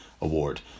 award